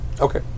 Okay